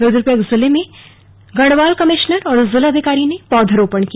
रूद्रप्रयाग जिले में गढ़वाल कमिश्नर और जिलाधिकारी ने पौधरोपण किया